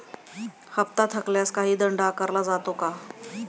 हप्ता थकल्यास काही दंड आकारला जातो का?